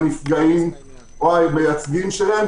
הנפגעים או המייצגים שלהם,